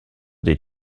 des